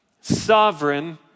sovereign